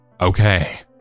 Okay